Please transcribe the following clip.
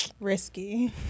Risky